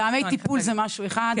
מתאמי טיפול זה משהו אחד,